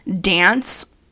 dance